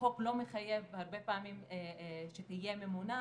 החוק לא מחייב הרבה פעמים שתהיה ממונה,